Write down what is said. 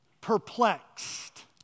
perplexed